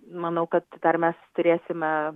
manau kad dar mes turėsime